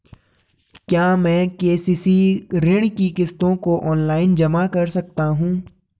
क्या मैं के.सी.सी ऋण की किश्तों को ऑनलाइन जमा कर सकता हूँ?